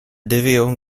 davao